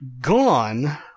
gone